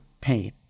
pain